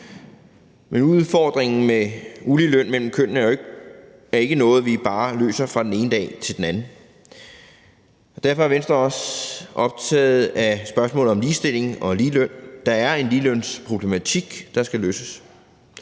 men udfordringen med uligeløn mellem kønnene er ikke noget, vi bare løser fra den ene dag til den anden, og derfor er Venstre også optaget af spørgsmålet om ligestilling og ligeløn. Der er en ligelønsproblematik, der skal løses.